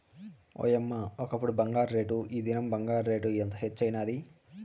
ఓయమ్మ, ఒకప్పుడు బంగారు రేటు, ఈ దినంల బంగారు రేటు ఎంత హెచ్చైనాది